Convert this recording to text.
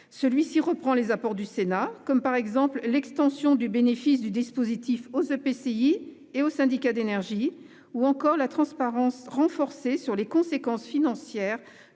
Celui-ci reprend les apports du Sénat, comme l'extension du bénéfice du dispositif aux EPCI et aux syndicats d'énergie, ou encore la transparence renforcée sur les conséquences financières